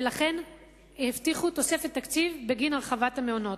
ולכן הבטיחו תוספת תקציב בגין הרחבת המעונות.